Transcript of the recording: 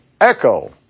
Echo